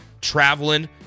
traveling